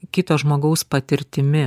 kito žmogaus patirtimi